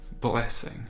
blessing